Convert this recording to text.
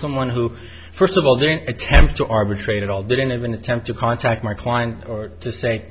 someone who first of all didn't attempt to arbitrate at all didn't even attempt to contact my client or to say